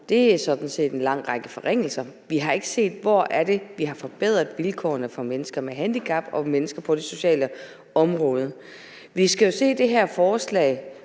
er sådan set en lang række forringelser. Vi har ikke set, hvor det er, man har forbedret vilkårene for mennesker med handicap og mennesker på det sociale område. Vi skal jo også se det her forslag,